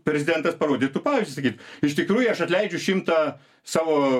prezidentas parodytų pavyzdį sakytų iš tikrųjų aš atleidžiu šimtą savo